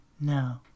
no